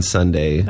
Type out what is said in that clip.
Sunday